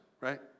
right